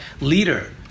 LEADER